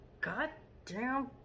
goddamn